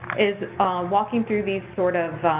is walking through these, sort of,